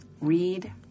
read